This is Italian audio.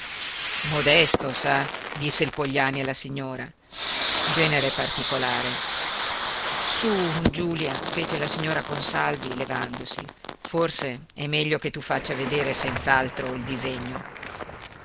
modesto sa disse il pogliani alla signora genere particolare su giulia fece la signora consalvi levandosi forse è meglio che tu faccia vedere senz'altro il disegno